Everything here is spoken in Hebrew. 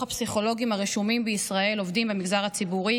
הפסיכולוגים הרשומים בישראל עובדים במגזר הציבורי,